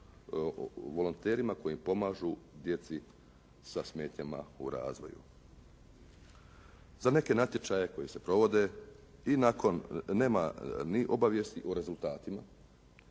volonterima koji pomažu djecu sa smetnjama u razvoju. Za neke natječaje koji se provode i nakon, nema ni obavijesti u rezultatima,